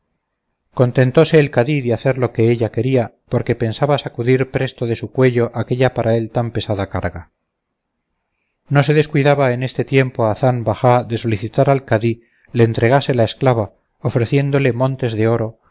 contentóse el cadí de hacer lo que ella quería porque pensaba sacudir presto de su cuello aquella para él tan pesada carga no se descuidaba en este tiempo hazán bajá de solicitar al cadí le entregase la esclava ofreciéndole montes de oro